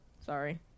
sorry